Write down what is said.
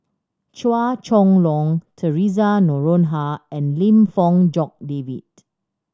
Chua Chong Long Theresa Noronha and Lim Fong Jock David